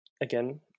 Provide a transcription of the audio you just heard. again